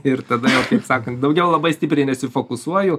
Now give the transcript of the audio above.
ir tada jau kaip sakant daugiau labai stipriai nesifokusuoju